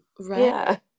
Right